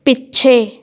ਪਿੱਛੇ